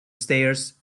stairs